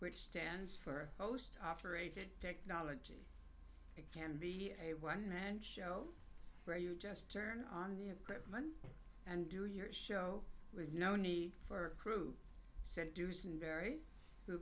which stands for host operated technology it can be a one man show where you just turn on the equipment and do your show with no need for crew said dusenberry who